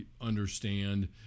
understand